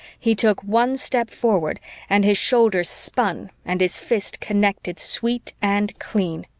he took one step forward and his shoulders spun and his fist connected sweet and clean.